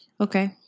Okay